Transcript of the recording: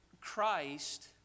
Christ